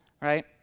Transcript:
right